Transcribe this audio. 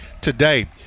today